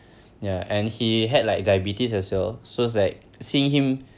ya and he had like diabetes as well so it's like seeing him